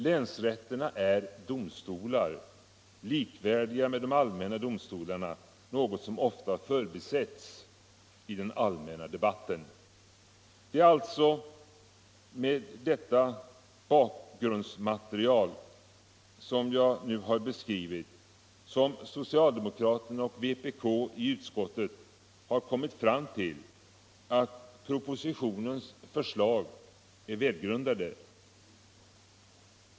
Länsrätterna är domstolar likvärdiga med de allmänna domstolarna, något som ofta har förbisetts vid den allmänna debatten. Det är alltså med det bakgrundsmaterial som jag nu har beskrivit som socialdemokraterna och vpk i utskottet har kommit fram till att propositionens förslag är välgrundade.